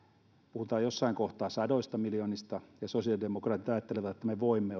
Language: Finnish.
puhutaan jossain kohtaa sadoista miljoonista ja sosiaalidemokraatit ajattelevat että me voimme